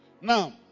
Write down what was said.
Now